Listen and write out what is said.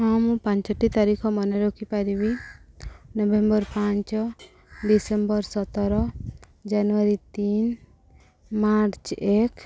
ହଁ ମୁଁ ପାଞ୍ଚଟି ତାରିଖ ମନେ ରଖିପାରିବି ନଭେମ୍ବର ପାଞ୍ଚ ଡିସେମ୍ବର ସତର ଜାନୁଆରୀ ତିନି ମାର୍ଚ୍ଚ ଏକ